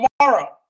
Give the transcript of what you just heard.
tomorrow